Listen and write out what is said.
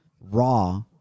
raw